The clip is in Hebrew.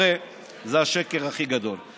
הרי זה השקר הכי גדול.